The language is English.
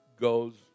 goes